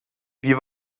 wie